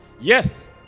Yes